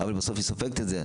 אבל בסוף היא סופגת את זה.